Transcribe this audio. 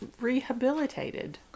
rehabilitated